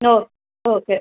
okay okay